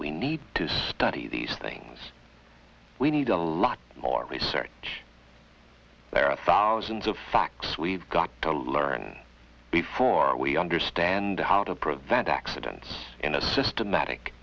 we need to study these things we need a lot more research there are thousands of facts we've got to learn before we understand how to prevent accidents in a systematic